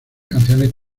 canciones